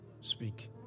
speak